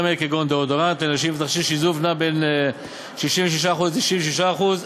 כגון דאודורנט לנשים ותכשירי שיזוף נע בין 66% ל־96%.